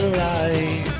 light